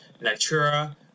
natura